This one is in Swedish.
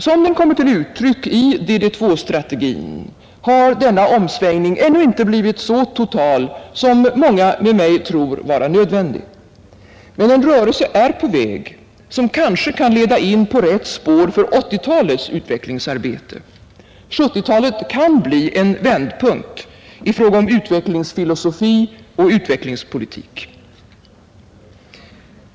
Som den kommer till uttryck i DD2-strategin, har denna omsvängning ännu inte blivit så total som många med mig tror vara nödvändigt. Men en rörelse är på väg, som kanske kan leda in på rätt spår för 1980-talets utvecklingsarbete. 1970-talet kan bli en vändpunkt i fråga om utvecklingsfilosofi och utvecklingspolitik.